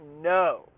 No